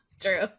true